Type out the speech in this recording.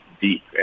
deep